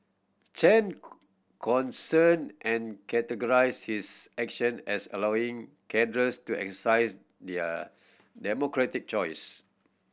Chen concern and characterised his action as allowing cadres to exercise their democratic choice